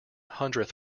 hundredth